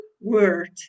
word